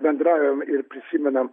bendraujam ir prisimenam